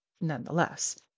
nonetheless